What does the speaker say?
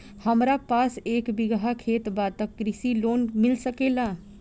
हमरा पास एक बिगहा खेत बा त कृषि लोन मिल सकेला?